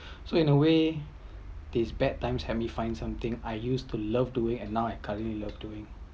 so in a way this bad time help me find something I used to love doing and now I’m currently love doing